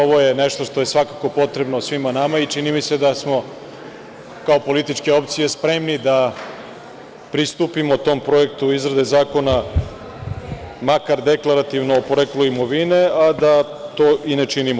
Ovo je nešto što je svakako potrebno svima nama i čini mi se da smo kao političke opcije spremni da pristupimo tom projektu izrade zakona, makar deklarativno, o poreklu imovine, a da to i ne činimo.